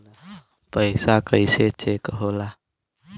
पैसा कइसे चेक होला?